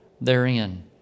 therein